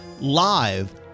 live